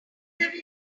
weather